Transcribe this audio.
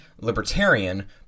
Libertarian